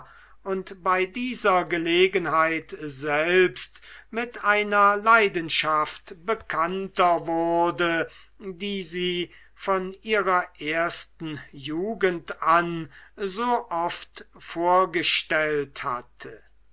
und bei dieser gelegenheit selbst mit einer leidenschaft bekannter wurde die sie von ihrer ersten jugend an so oft vorgestellt hatte